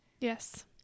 yes